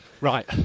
Right